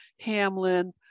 Hamlin